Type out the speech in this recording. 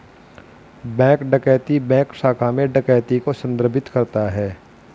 bank डकैती bank शाखा में डकैती को संदर्भित करता है